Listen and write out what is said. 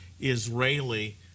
Israeli